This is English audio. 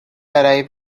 arrive